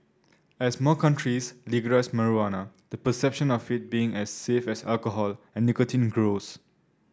as more countries legalise marijuana the perception of it being as safe as alcohol and nicotine grows